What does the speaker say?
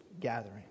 gathering